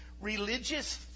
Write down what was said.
religious